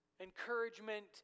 encouragement